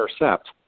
intercept